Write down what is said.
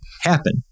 happen